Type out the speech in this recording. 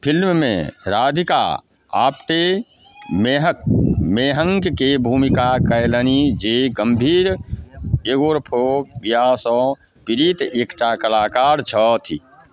फिल्ममे राधिका आप्टे मेहक मेहँक के भूमिका कयलनि जे गम्भीर एगो रफोबियासँ पीड़ित एकटा कलाकार छथि